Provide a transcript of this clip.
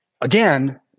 again